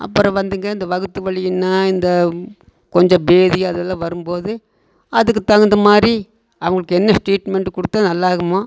அப்புறம் வந்துங்க இந்த வயித்து வலின்னா இந்த கொஞ்சம் பேதி அதெல்லாம் வரும் போது அதுக்கு தகுந்தமாதிரி அவங்களுக்கு என்ன ட்ரீட்மெண்ட்டு கொடுத்து நல்லாகுமோ